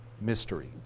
mystery